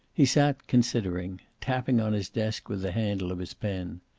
he sat considering, tapping on his desk with the handle of his pen.